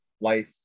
life